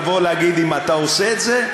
לבוא ולהגיד אם אתה עושה את זה,